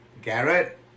Garrett